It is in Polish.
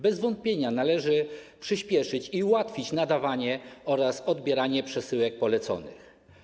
Bez wątpienia należy przyspieszyć i ułatwić nadawanie oraz odbieranie przesyłek poleconych.